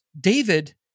David